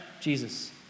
Jesus